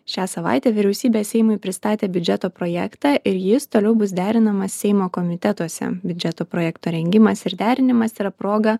šią savaitę vyriausybė seimui pristatė biudžeto projektą ir jis toliau bus derinamas seimo komitetuose biudžeto projekto rengimas ir derinimas yra proga